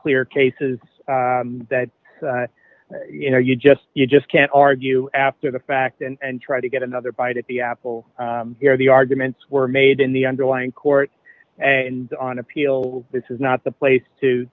clear cases that you know you just you just can't argue after the fact and try to get another bite at the apple here the arguments were made in the underlying court and on appeal this is not the place to